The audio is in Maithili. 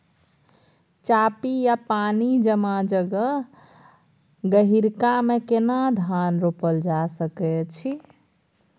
चापि या पानी जमा जगह, गहिरका मे केना धान रोपल जा सकै अछि?